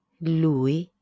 Lui